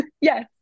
Yes